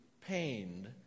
pained